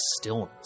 stillness